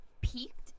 peaked